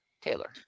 Taylor